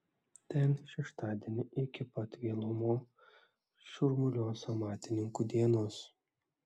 ten šeštadienį iki pat vėlumo šurmuliuos amatininkų dienos